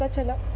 ah killer.